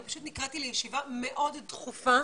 אני פשוט נקראתי לישיבה מאוד דחופה.